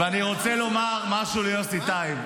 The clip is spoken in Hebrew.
ואני רוצה לומר משהו ליוסי טייב,